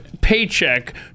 paycheck